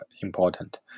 important